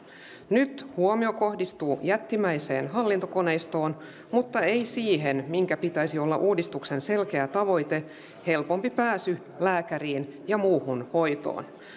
nyt huomio kohdistuu jättimäiseen hallintokoneistoon mutta ei siihen minkä pitäisi olla uudistuksen selkeä tavoite helpompi pääsy lääkäriin ja muuhun hoitoon